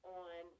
on